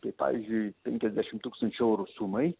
kaip pavyzdžiui penkiasdešim tūkstančių eurų sumai